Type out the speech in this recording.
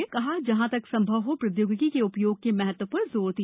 उन्होंने जहां तक संभव हो प्रौद्योगिकी के उप्योग के महत्व सर जोर दिया